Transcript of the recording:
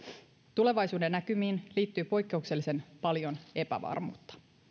tulevaisuuden näkymiin liittyy poikkeuksellisen paljon epävarmuutta